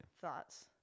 thoughts